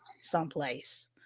someplace